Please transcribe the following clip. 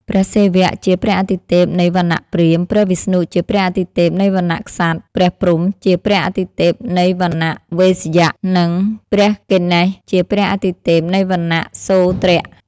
ព្រះសិវៈ ជាព្រះអាទិទេពនៃវណ្ណៈព្រាហ្មណ៍ ព្រះវិស្ណុ ជាព្រះអាទិទេពនៃវណ្ណៈក្សត្រ ព្រះព្រហ្ម ជាព្រះអាទិទេពនៃវណ្ណៈវេស្យៈ និង ព្រះគណេស ជាព្រះអាទិទេពនៃវណ្ណៈសូទ្រៈ។